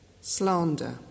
slander